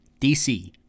DC